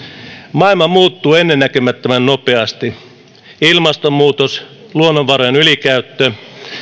maailma muuttuu ennennäkemättömän nopeasti ilmastonmuutos luonnonvarojen ylikäyttö